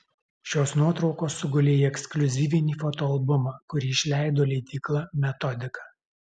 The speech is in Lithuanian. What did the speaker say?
šios nuotraukos sugulė į ekskliuzyvinį fotoalbumą kurį išleido leidykla metodika